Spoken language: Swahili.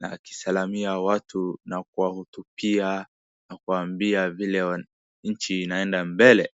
na akisalimia watu na kuwa hutubia na kuwambia vile nchi inaenda mbele.